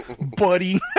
buddy